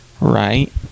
right